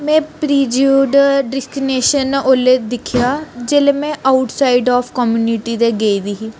में prejudice discrimination ओल्लै दिक्खेआ जेल्लै में आउट साइड आफ कामनिटी दे गेदी ही